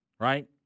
right